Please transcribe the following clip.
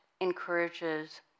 encourages